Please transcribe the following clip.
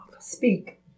Speak